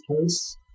case